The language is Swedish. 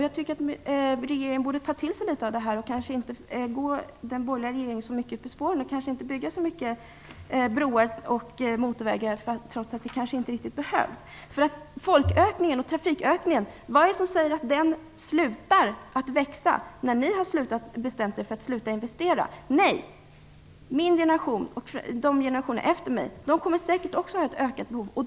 Jag tycker att regeringen borde ta till sig litet av detta och kanske inte gå så mycket i den borgerliga regeringens spår och bygga så många broar och motorvägar. Det behövs kanske inte. Vad är det som säger att folkökningen och trafikökningen slutar när ni har bestämt er för att sluta investera. Min generation och generationerna efter min kommer säkert också att ha ett ökat behov.